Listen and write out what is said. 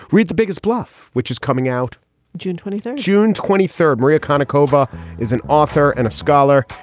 read the biggest bluff, which is coming out june twenty third, june twenty third. marie ocana coba is an author and a scholar.